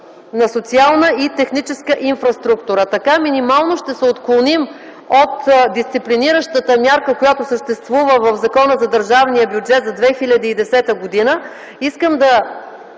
на социална и техническа инфраструктура. Така минимално ще се отклоним от дисциплиниращата мярка, която съществува в Закона за държавния бюджет за 2010 г.